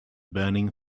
burning